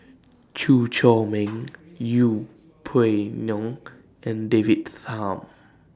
Chew Chor Meng Yeng Pway Ngon and David Tham